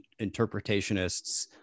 interpretationists